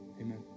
Amen